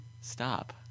Stop